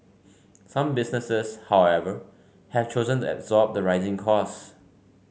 some businesses however have chosen to absorb the rising costs